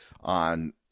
on